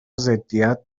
ضدیت